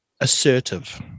assertive